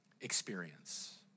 experience